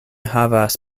havas